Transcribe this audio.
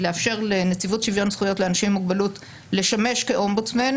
לאפשר לנציבות שוויון זכויות לאנשים עם מוגבלות לשמש כאומבודסמן,